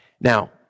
Now